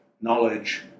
knowledge